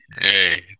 hey